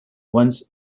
once